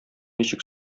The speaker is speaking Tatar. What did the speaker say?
ничек